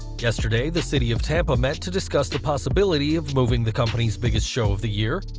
yesterday, the city of tampa met to discuss the possibility of moving the company's biggest show of the year,